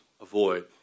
avoid